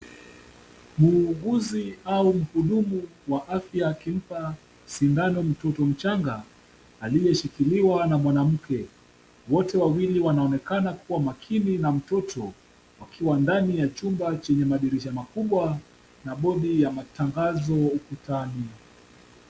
Muuguzi au mhudumu wa afya akimpa sindano mtoto mchanga aliyeshikiliwa na mwanamke. Wote wawili wanaonekana kuwa makini na mtoto wakiwa ndani ya chumba chenye madirisha makubwa na bodi ya matangazo ukutani.